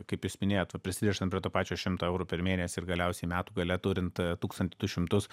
kaip jūs minėjot va prisirišant prie to pačio šimto eurų per mėnesį ir galiausiai metų gale turint tūkstantį du šimtus